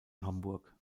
hamburg